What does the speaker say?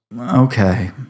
Okay